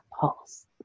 pulse